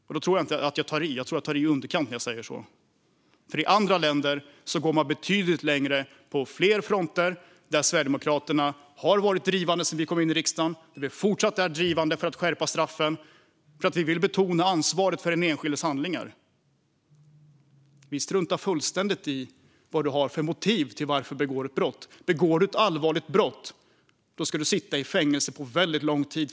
Jag tror inte att jag tar i när jag säger så, utan det är nog i underkant. Andra länder går betydligt längre på fler fronter. Vi i Sverigedemokraterna har sedan vi kom in i riksdagen varit drivande för att skärpa straffen och fortsätter att vara det, för vi vill betona ansvaret för den enskildes handlingar. Vi struntar fullständigt i vilket motiv någon har för att begå ett brott. Begår man ett allvarligt brott ska man sitta i fängelse under väldigt lång tid.